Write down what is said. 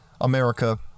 America